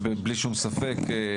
בלי שום ספק,